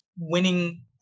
winning